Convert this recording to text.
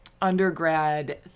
undergrad